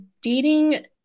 dating